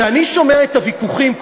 כשאני שומע את הוויכוחים,